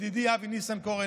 ידידי אבי ניסנקורן,